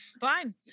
fine